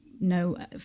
no